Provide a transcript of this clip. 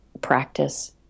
practice